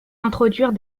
introduire